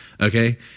Okay